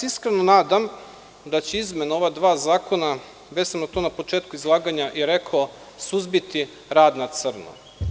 Iskreno se nadam da će izmene ova dva zakona, već sam to na početku izlaganja i rekao, suzbiti rad na crno.